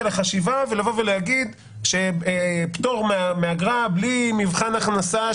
לחשיבה ולהגיד שפטור מאגרה בלי מבחן הכנסה,